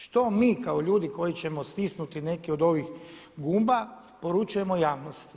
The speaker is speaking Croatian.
Što mi kao ljudi koji ćemo stisnuti neke od ovih gumba poručujemo javnosti?